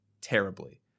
terribly